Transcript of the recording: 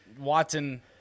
Watson